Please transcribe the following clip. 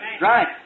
Right